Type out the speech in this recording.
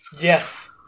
Yes